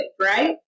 right